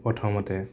প্ৰথমতে